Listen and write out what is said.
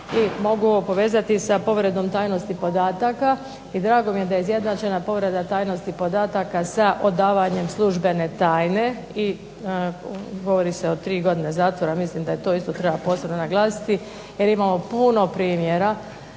mogu ovo povezati sa povredom tajnosti podataka. I drago mi je da je izjednačena povreda tajnosti podataka sa odavanjem službene tajne i govori se o tri godine zatvora, mislim da treba to posebno naglasiti jer imamo puno primjera